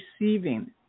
receiving